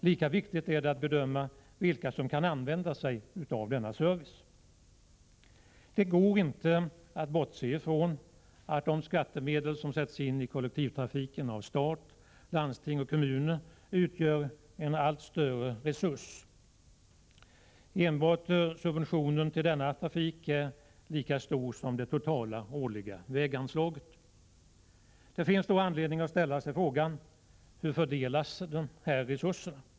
Lika viktigt är det att bedöma vilka som kan använda sig av denna service. Det går inte att bortse ifrån att de skattemedel som sätts in i kollektivtrafiken av stat, landsting och kommuner utgör en allt större resurs. Enbart subventionen till denna trafik är lika stor som det totala årliga väganslaget. Det finns då anledning att ställa sig frågan: Hur fördelas dessa resurser?